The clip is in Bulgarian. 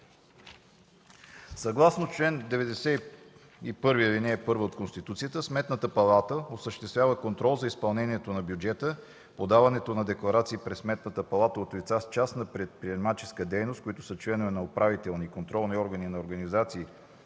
Съгласно чл. 91, ал. 1 от Конституцията Сметната палата осъществява контрол за изпълнението на бюджета. Подаването на декларации пред Сметната палата от лица с частна предприемаческа дейност, които са членове на управителни и контролни органи на организации,